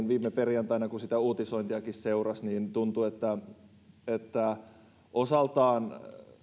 viime perjantaina kun sitä uutisointiakin seurasi niin tuntui että osaltaan